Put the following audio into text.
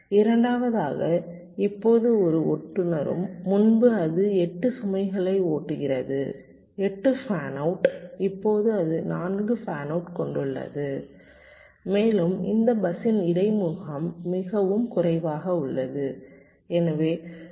இரண்டாவதாக இப்போது ஒவ்வொரு ஓட்டுனரும் முன்பு அது 8 சுமைகளை ஓட்டுகிறது 8 ஃபேன் அவுட் இப்போது அது 4 ஃபேன் அவுட்டை கொண்டுள்ளது மேலும் இந்த பஸ்ஸின் இடைமுகம் மிகவும் குறைவாக உள்ளது